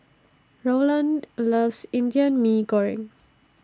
Rowland loves Indian Mee Goreng